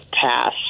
pass